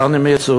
לאן הם יצאו?